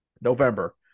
November